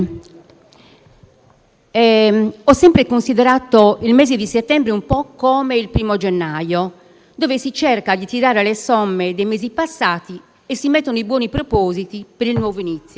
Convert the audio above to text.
Ho sempre considerato il mese di settembre un po' come il primo gennaio, dove si cerca di tirare le somme dei mesi passati e si fanno i buoni propositi per il nuovo inizio.